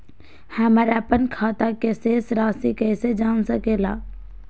हमर अपन खाता के शेष रासि कैसे जान सके ला?